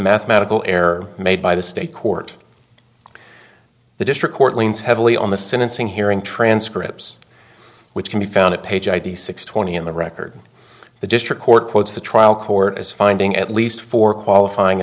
mathematical error made by the state court the district court leans heavily on the sentencing hearing transcripts which can be found at page id six twenty in the record the district court quotes the trial court as finding at least four qualifying